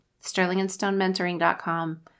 sterlingandstonementoring.com